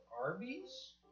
Arby's